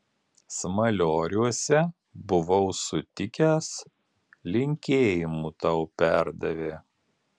smalioriuose buvau sutikęs linkėjimų tau perdavė